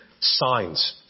signs